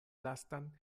lastan